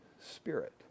spirit